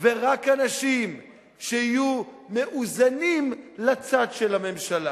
ורק אנשים שיהיו מאוזנים לצד של הממשלה.